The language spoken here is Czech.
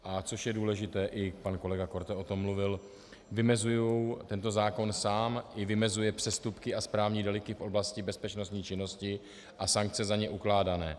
A což je důležité, i pan kolega Korte o tom mluvil tento zákon sám vymezuje i přestupky a správní delikty v oblasti bezpečnostní činnosti a sankce za ně ukládané.